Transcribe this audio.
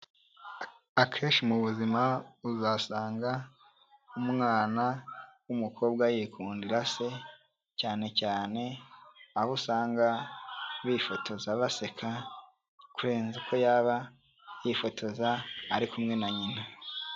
Akenshi mu buzima uzasanga umwana w'umukobwa yikundira se, cyane cyane aho usanga bifotoza baseka, kurenza uko yaba yifotoza ari kumwe na nyina.